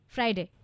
Friday